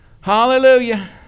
Hallelujah